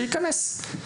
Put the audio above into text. שייכנס.